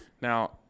Now